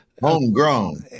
Homegrown